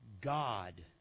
God